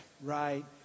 right